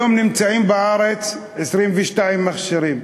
היום יש בארץ 22 מכשירים,